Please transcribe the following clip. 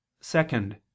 Second